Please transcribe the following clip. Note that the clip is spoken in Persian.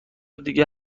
دیگه